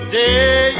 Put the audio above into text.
day